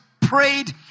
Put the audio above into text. prayed